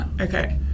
Okay